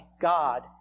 God